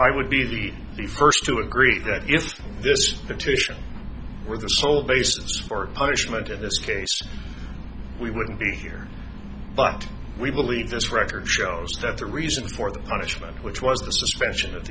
i would be the first to agree that if this petition were the sole basis for punishment in this case we wouldn't be here but we believe this record shows that the reason for the punishment which was the suspension